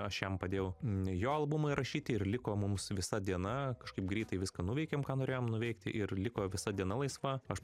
aš jam padėjau jo albumą įrašyti ir liko mums visa diena kažkaip greitai viską nuveikėm ką norėjom nuveikti ir liko visa diena laisva aš